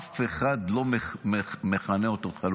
אף אחד לא מכנה אותו "חלול",